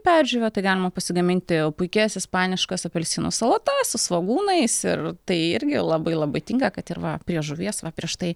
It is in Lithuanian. perdžiūvę tai galima pasigaminti puikias ispaniškas apelsinų salotas su svogūnais ir tai irgi labai labai tinka kad ir va prie žuvies va prieš tai